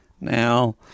now